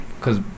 Cause